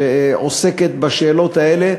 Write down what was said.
שעוסקת בשאלות האלה,